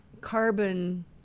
carbon